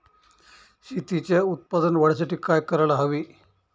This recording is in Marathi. शेतीच्या उत्पादन वाढीसाठी काय करायला हवे?